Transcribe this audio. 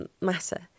Matter